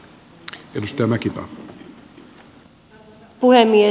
arvoisa puhemies